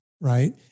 right